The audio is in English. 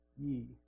ye